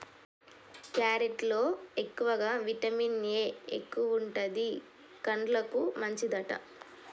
carrot లో ఎక్కువగా vitamin A ఎక్కువుంటది, కండ్లకు మంచిదట